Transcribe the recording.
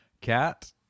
cat